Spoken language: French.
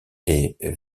est